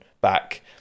back